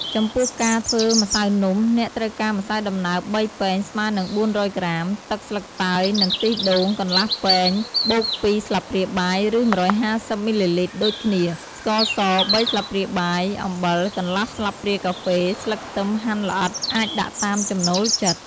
ចំពោះការធ្វើម្សៅនំ អ្នកត្រូវការម្សៅដំណើប ៣ ពែង ស្មើនឹង ៤០០ ក្រាម ទឹកស្លឹកតើយ និងខ្ទិះដូង កន្លះពែងបូក ២ ស្លាបព្រាបាយ ឬ ១៥០ មីលីលីត្រដូចគ្នា ស្ករស ៣ ស្លាបព្រាបាយ អំបិល កន្លះស្លាបព្រាកាហ្វេ ស្លឹកខ្ទឹមហាន់ល្អិត អាចដាក់តាមចំណូលចិត្ត។